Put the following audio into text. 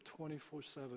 24-7